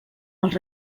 els